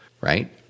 right